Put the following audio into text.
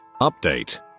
Update